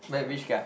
wait which guy